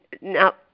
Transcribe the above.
Now